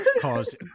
caused